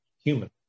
human